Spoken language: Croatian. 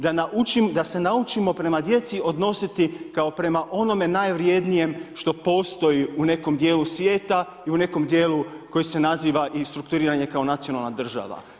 Da se naučimo prema djeci odnositi kao prema onome najvrjednijem što postoji u nekom dijelu svijeta i u nekom dijelu koji se naziva restrukturiranje kao nacionalna država.